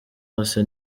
hose